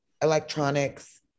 Electronics